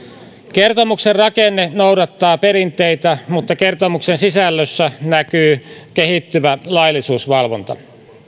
kertomuksen rakenne noudattaa perinteitä mutta kertomuksen sisällössä näkyy kehittyvä laillisuusvalvonta